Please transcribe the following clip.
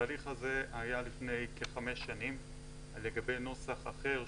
התהליך הזה היה לפני כחמש שנים לגבי נוסח אחר,